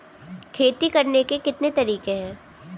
खेती करने के कितने तरीके हैं?